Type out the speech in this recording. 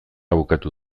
bukatu